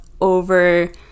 over